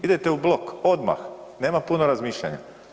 Idete u blok odmah nema puno razmišljanja.